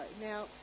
Now